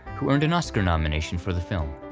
who earned an oscar nomination for the film.